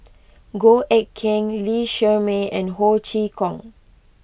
Goh Eck Kheng Lee Shermay and Ho Chee Kong